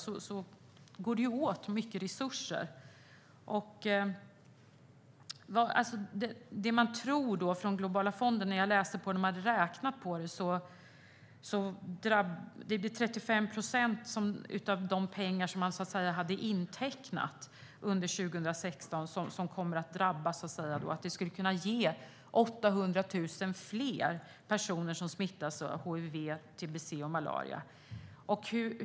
Det går åt mycket resurser för att stoppa hiv, tbc och malaria. Globala fonden har räknat på det här. Det rör sig om 35 procent av de pengar som man så att säga hade intecknat för 2016. Detta skulle kunna göra att 800 000 fler personer smittas av hiv, tbc och malaria.